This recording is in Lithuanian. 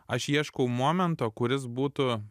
aš ieškau momento kuris būtų